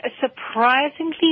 surprisingly